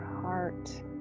heart